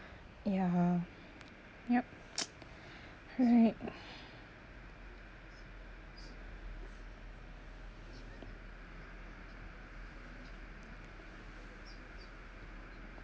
ya yup correct